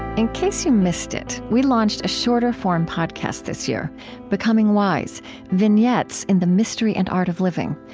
in case you missed it, we launched a shorter form podcast this year becoming wise vignettes in the mystery and art of living.